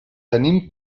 tenim